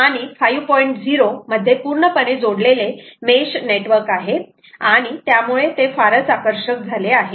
0 मध्ये पूर्णपणे जोडलेले मेश नेटवर्क आहे आणि त्यामुळे ते फारच आकर्षक झाले आहे